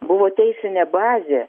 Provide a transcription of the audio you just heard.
buvo teisinė bazė